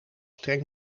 streng